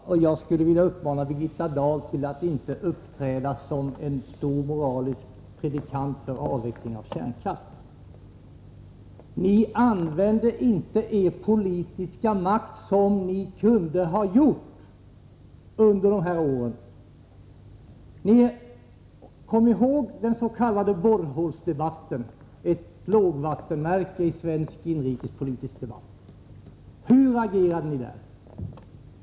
Herr talman! Och jag skulle vilja uppmana Birgitta Dahl att inte uppträda som en stor moralpredikant när det gäller avveckling av kärnkraft. Ni använde inte er politiska makt på det sätt som ni kunde ha gjort under de här åren. Kom ihåg den s.k. borrhålsdebatten, ett lågvattenmärke i svensk inrikespolitisk debatt! Hur agerade ni där?